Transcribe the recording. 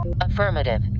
Affirmative